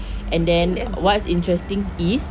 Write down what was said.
and then what's interesting is